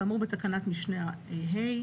כאמור בתקנת משנה (ה),